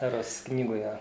eros knygoje